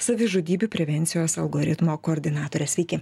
savižudybių prevencijos algoritmo koordinatorė sveiki